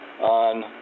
on